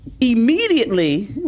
immediately